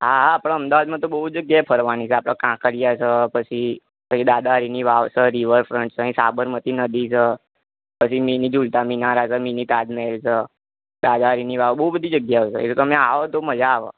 હા હા આપણા અમદાવાદમાં તો બહુ જગ્યા ફરવાની છે આપણે કંકરિયા છે પછી દાદાહરીની વાવ છે રિવરફ્રન્ટ છે અહીં સાબરમતી નદી છે પછી મિનિ ઝૂલતાં મિનારા છે મિનિ તાજમહલ છે દાદાહરીની વાવ બહુ બધી જગ્યાઓ છે તમે આવો તો મજા આવે